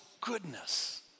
goodness